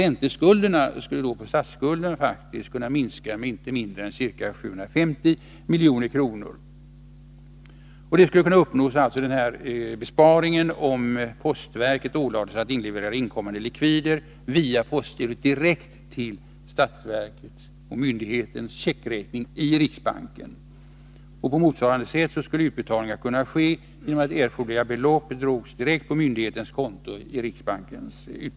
Räntekostnaderna på statsskulden skulle då faktiskt kunna minska med inte mindre än ca 750 milj.kr. Denna besparing skulle kunna uppnås om postverket ålades att inleverera inkommande likvider via postgirot direkt till statsverket och myndighetens checkräkning i riksbanken. På motsvarande sätt skulle utbetalningar kunna ske genom att erforderliga belopp utbetalningsdagen drogs direkt från myndighetens konto i riksbanken.